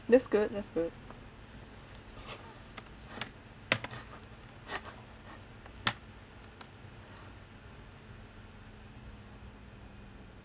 that's good that's good